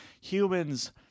humans